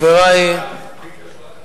הוא הלך להתפנות.